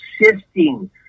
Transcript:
assisting